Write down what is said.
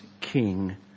king